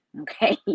okay